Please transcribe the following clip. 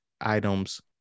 items